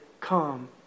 come